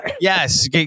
yes